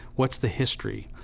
what's the history?